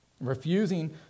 refusing